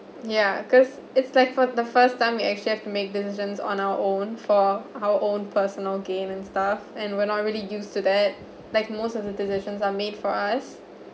ya cause it's like for the first time you actually make decisions on our own for our own personal gain and stuff and we're not really used to that like most of the decisions are made for us